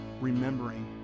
Remembering